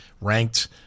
ranked